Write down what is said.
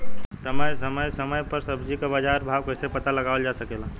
समय समय समय पर सब्जी क बाजार भाव कइसे पता लगावल जा सकेला?